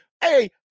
Hey